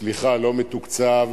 סליחה, לא מתוקצב,